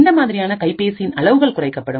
இந்த மாதிரியாக கைபேசியின் அளவுகள் குறைக்கப்படும்